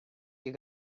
you